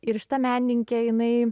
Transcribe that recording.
ir šita menininkė jinai